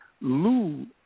Lou